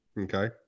Okay